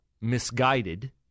misguided